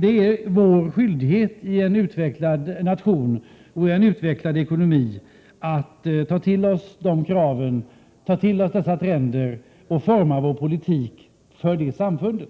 Det är vår skyldighet i en utvecklad nation och en utvecklad ekonomi att ta till oss dessa trender och forma vår politik för det samfundet.